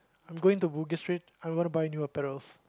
I'm going to Bugis-Street I'm going to buy new apparels